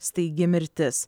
staigi mirtis